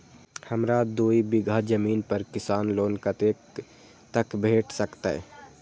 हमरा दूय बीगहा जमीन पर किसान लोन कतेक तक भेट सकतै?